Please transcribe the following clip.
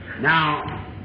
Now